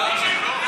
לא,